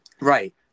Right